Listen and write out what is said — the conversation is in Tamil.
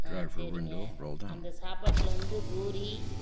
ஆ சரிங்க அந்த சாப்பாட்டில் வந்து பூரி